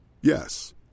Yes